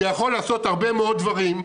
שיכול לעשות הרבה מאוד דברים,